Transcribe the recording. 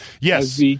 Yes